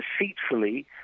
deceitfully